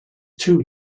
two